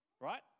Right